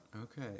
Okay